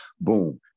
Boom